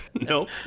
Nope